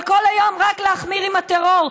אבל כל היום רק להחמיר עם הטרור,